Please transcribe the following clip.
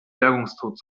bergungstod